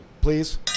Please